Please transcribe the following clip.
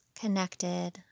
connected